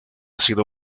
sido